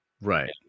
Right